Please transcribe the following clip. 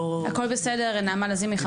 על